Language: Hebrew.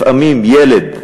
לפעמים ילד,